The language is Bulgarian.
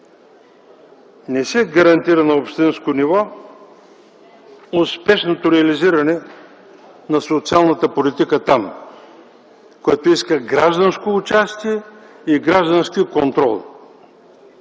Не се гарантира на общинско ниво успешното реализиране на социалната политика там, което изисква гражданско участие и граждански контрол.